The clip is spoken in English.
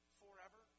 forever